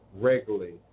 regularly